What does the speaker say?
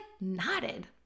nodded